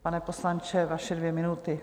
Pane poslanče, vaše dvě minuty.